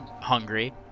hungry